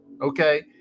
Okay